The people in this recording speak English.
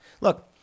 Look